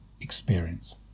experience